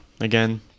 Again